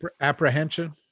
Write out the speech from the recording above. apprehension